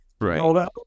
Right